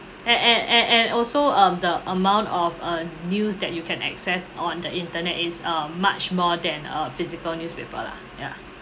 and and and and also um the amount of uh news that you can access on the internet is um much more than a physical newspaper lah ya